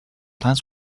plans